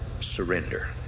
Surrender